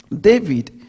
david